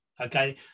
okay